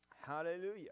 hallelujah